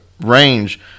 range